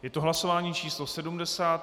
Je to hlasování číslo 70.